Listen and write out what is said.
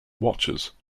watches